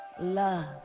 love